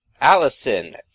Allison